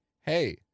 hey